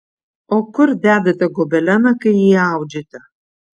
o kur dedate gobeleną kai jį audžiate